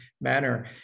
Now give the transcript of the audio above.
manner